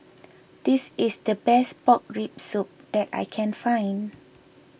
this is the best Pork Rib Soup that I can find